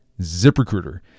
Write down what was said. ZipRecruiter